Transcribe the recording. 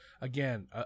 Again